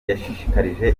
yashishikarije